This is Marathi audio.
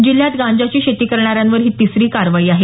जिल्ह्यात गांजाची शेती करणाऱ्यांवर ही तिसरी कारवाई आहे